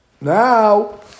Now